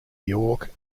york